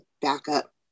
backup